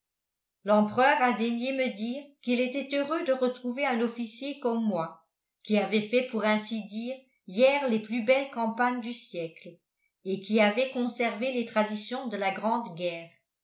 l'empereur a daigné me dire qu'il était heureux de retrouver un officier comme moi qui avait fait pour ainsi dire hier les plus belles campagnes du siècle et qui avait conservé les traditions de la grande guerre